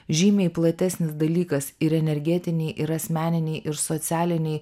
žymiai platesnis dalykas ir energetiniai ir asmeniniai ir socialiniai